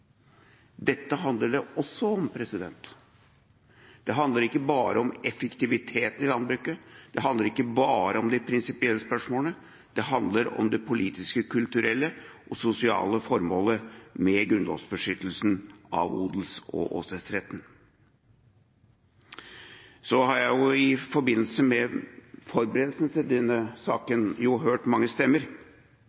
Dette handler det også om. Det handler ikke bare om effektivitet i landbruket. Det handler ikke bare om de prinsipielle spørsmålene. Det handler om det politiske, kulturelle og sosiale formålet med grunnlovsbeskyttelsen av odels- og åsetesretten. Så har jeg i forbindelse med forberedelsen til denne